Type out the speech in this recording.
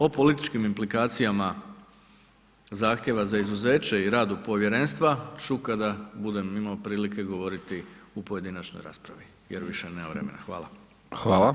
O političkim implikacijama zahtjeva za izuzeće i radu povjerenstva ću kada budem imao prilike govoriti u pojedinačnoj raspravi jer više nemam vremena.